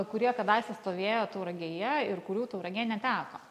kurie kadaise stovėjo tauragėje ir kurių tauragė neteko